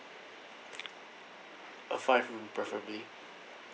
a five room preferably